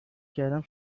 کردم